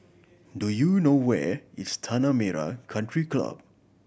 do you know where is Tanah Merah Country Club